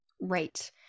Right